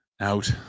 out